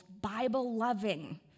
Bible-loving